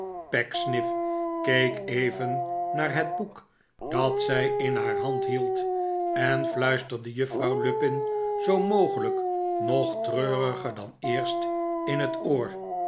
pecksniff keek even naar het boek dat zij in haar hand hield en fluisterde juffrouw lupin zoo mogelijk nog treuriger dan eerst in het oor